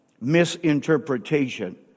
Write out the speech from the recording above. misinterpretation